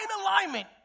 alignment